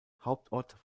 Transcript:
hauptort